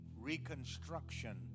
reconstruction